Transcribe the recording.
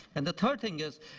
and the third thing is,